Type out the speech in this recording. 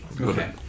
Okay